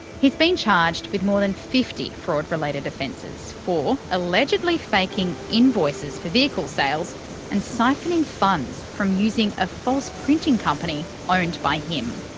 he's been charged with more than fifty fraud related offences for allegedly faking invoices for vehicle sales and siphoning funds, from using a false printing company owned by him.